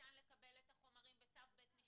שניתן לקבל את החומרים בצו בית משפט.